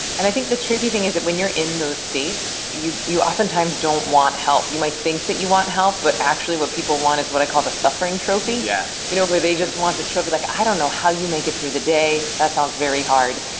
and i think the tricky thing is that when you're in those states, you you oftentimes don't want help. you might think that you want help, but actually what people want is what i call the suffering trophy, you know where they just want this trophy, like, i don't know how you make it through the day. that sounds very hard.